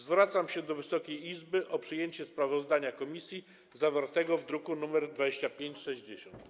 Zwracam się do Wysokiej Izby o przyjęcie sprawozdania komisji zawartego w druku nr 2560.